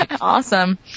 Awesome